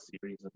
series